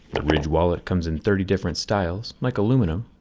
the ridge wallet comes in thirty different styles, like aluminum,